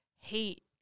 hate